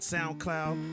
SoundCloud